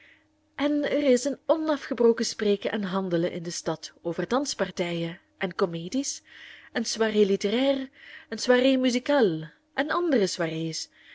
en er is een onafgebroken spreken en handelen in de stad over danspartijen en comedies en soirees littéraires en soirées musicales en andere soirées